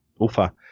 Ufa